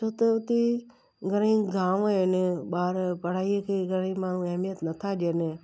छो त हुते घणेई गांव आहिनि ॿार पढ़ाई खे घणेई माण्हू अहमियत नथा ॾियनि